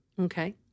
Okay